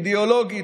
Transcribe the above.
אידיאולוגית,